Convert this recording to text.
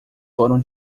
foram